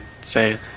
say